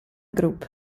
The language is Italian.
group